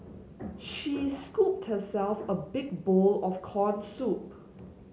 she scooped herself a big bowl of corn soup